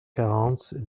quarante